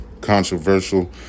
controversial